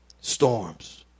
Storms